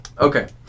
Okay